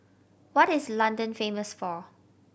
what is London famous for